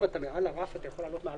מעל הרף שאתה יכול לעלות מעל